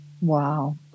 Wow